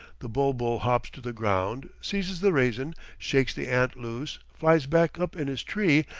the bul-bul hops to the ground, seizes the raisin, shakes the ant loose, flies back up in his tree,